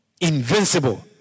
Invincible